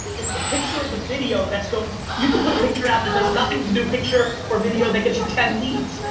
it's the picture of the video that's going, you could put a picture out that does nothing to do picture or video that gets you ten leads.